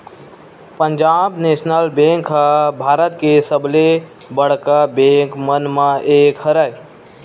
Punjab National Bank ह भारत के सबले बड़का बेंक मन म एक हरय